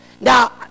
Now